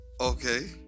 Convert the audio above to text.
Okay